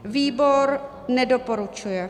Výbor nedoporučuje.